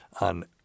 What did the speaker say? on